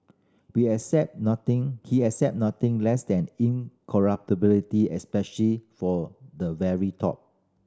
be accepted nothing he accepted nothing less than incorruptibility especially for the very top